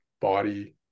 body